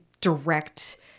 direct